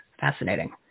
Fascinating